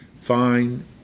fine